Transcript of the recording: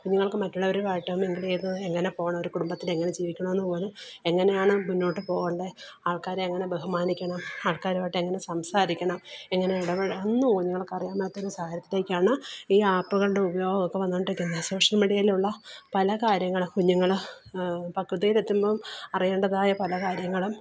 കുഞ്ഞുങ്ങൾക്ക് മറ്റുള്ളവരുമായിട്ട് മിങ്കിൾ ചെയ്തത് എങ്ങനെ പോകണം ഒരു കുടുംബത്തിൽ എങ്ങനെ ജീവിക്കണമെന്നു പോലും എങ്ങനെയാണ് മുന്നോട്ടു പോകണ്ടേ ആൾക്കാരെ എങ്ങനെ ബഹുമാനിക്കണം ആൾക്കാരുമായിട്ട് എങ്ങനെ സംസാരിക്കണം എങ്ങനെ ഇടപെഴുകണം ഒന്നും കുഞ്ഞുങ്ങൾക്ക് അറിയാൻ മേലാത്ത സാഹചര്യത്തിലേക്കാണ് ഇ ആപ്പുകളുടെ ഉപയോഗം ഒക്കെ വന്നു കൊണ്ടിരിക്കുന്ന സോഷ്യൽ മീഡിയയിൽ ഉള്ള പല കാര്യങ്ങളും കുഞ്ഞുങ്ങൾപക്വതയിൽ എത്തുമ്പോൾ അറിയേണ്ടതായപല കാര്യങ്ങളും